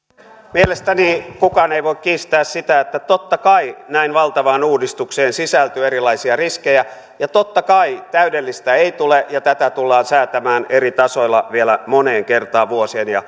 mielestäni kukaan ei voi kiistää sitä että totta kai näin valtavaan uudistukseen sisältyy erilaisia riskejä ja totta kai täydellistä ei tule ja tätä tullaan säätämään eri tasoilla vielä moneen kertaan vuosien ja